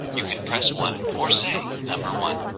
you can press one or say number one.